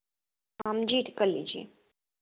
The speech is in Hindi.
जी तो कर लीजिए